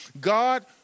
God